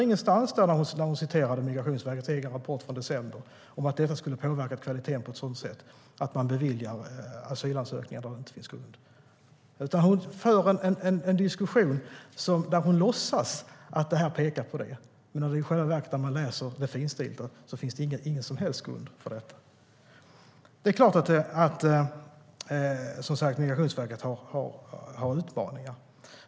Ingenstans i Migrationsverkets egen rapport från december, som hon citerar, står det något om att detta skulle påverka kvaliteten på ett sådant sätt att man beviljar asylansökningar när det inte finns grund för det. Hon för en diskussion där hon låtsas att det pekar på det. Men när man läser det finstilta finner man i själva verket ingen som helst grund för detta. Migrationsverket har som sagt utmaningar.